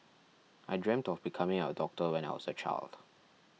I dreamt of becoming a doctor when I was a child